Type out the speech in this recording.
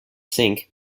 sink